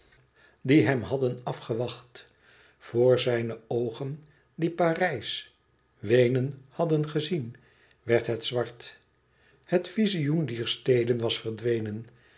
die hem hadden afgewacht voor zijne oogen die parijs weenen hadden gezien werd het zwart het vizioen dier steden was verdwenen